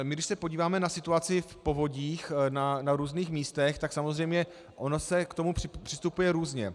Když se podíváme na situaci v povodích na různých místech, tak samozřejmě ono se k tomu přistupuje různě.